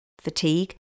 fatigue